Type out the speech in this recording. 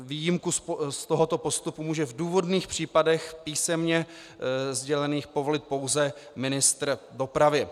Výjimku z tohoto postupu může v důvodných případech, písemně sdělených, povolit pouze ministr dopravy.